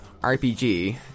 RPG